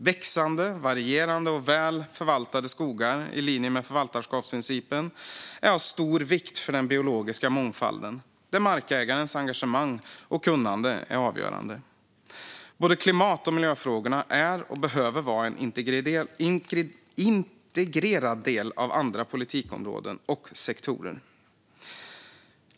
Växande, varierade och väl förvaltade skogar i linje med förvaltarskapsprincipen är av stor vikt för den biologiska mångfalden där markägarens engagemang och kunnande är avgörande. Både klimat och miljöfrågorna är och behöver vara en integrerad del av andra politikområden och sektorer.